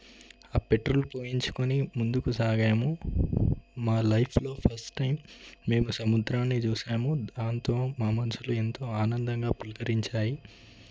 ఆ పెట్రోల్ పోయించుకొని ముందుకు సాగాము మా లైఫ్లో ఫస్ట్ టైం మేము సముద్రాన్ని చూసాము దాంతో మా మనసులు ఎంతో ఆనందంగా పులకరించాయి